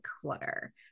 clutter